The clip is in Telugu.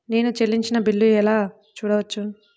నేను చెల్లించిన బిల్లు ఎలా చూడవచ్చు?